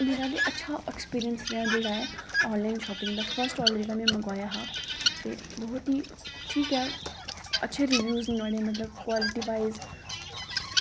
मेरा ते अच्छा एक्सपीरियंस रेहा जेह्ड़ा ऐ आनलसाईन शापिंग दा फर्स्ट आर्डर जेह्ड़ा में मंगाया हा ते बोह्त ही ठीक ऐ अच्छे रिव्यूज नोह्ड़े मतलव क्वालिटी वाइज